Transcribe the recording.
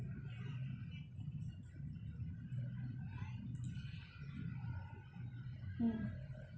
mm